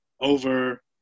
over